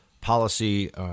policy